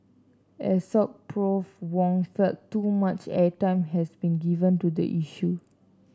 Assoc Prof Wong felt too much airtime has been given to the issue